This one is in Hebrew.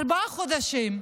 ארבעה חודשים,